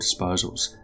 disposals